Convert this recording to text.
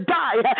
die